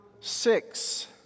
six